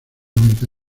única